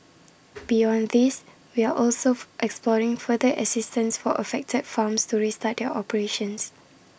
beyond these we are also exploring further assistance for affected farms to restart their operations